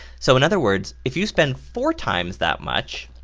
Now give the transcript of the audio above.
so in other words if you spend four times that much,